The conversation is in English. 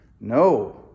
No